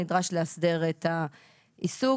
נדרש לאסדר את העיסוק.